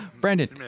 Brandon